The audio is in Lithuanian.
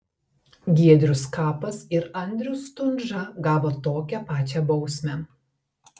giedrius skapas ir andrius stundža gavo tokią pačią bausmę